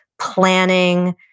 planning